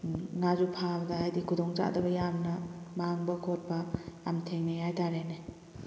ꯉꯥꯁꯨ ꯐꯥꯕꯗ ꯍꯥꯏꯕꯗꯤ ꯈꯨꯗꯣꯡꯆꯥꯗꯕ ꯌꯥꯝꯅ ꯃꯥꯡꯕ ꯈꯣꯠꯄ ꯌꯥꯝ ꯊꯦꯡꯅꯩ ꯍꯥꯏꯇꯥꯔꯦꯅꯦ